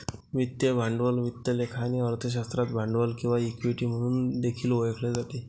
वित्तीय भांडवल वित्त लेखा आणि अर्थशास्त्रात भांडवल किंवा इक्विटी म्हणून देखील ओळखले जाते